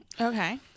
okay